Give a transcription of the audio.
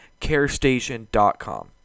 carestation.com